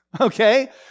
okay